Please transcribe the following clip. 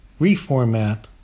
reformat